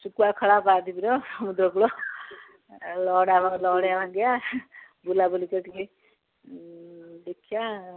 ଶୁଖୁଆ ଖଳା ପାରାଦ୍ୱୀପ ର ସମୁଦ୍ର କୂଳ ଲହଡ଼ା ଲହଡ଼ିଆ ଭାଙ୍ଗିଆ ବୁଲାବୁଲି କରିକି ଦେଖିବା